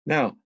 Now